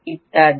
ইত্যাদি